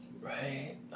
right